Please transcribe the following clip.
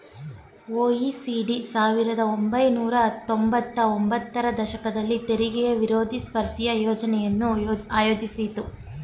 OECD ಸಾವಿರದ ಒಂಬೈನೂರ ತೊಂಬತ್ತ ಒಂಬತ್ತರ ದಶಕದಲ್ಲಿ ತೆರಿಗೆ ವಿರೋಧಿ ಸ್ಪರ್ಧೆಯ ಯೋಜ್ನೆಯನ್ನು ಆಯೋಜಿಸಿತ್ತು